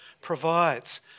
provides